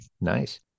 Nice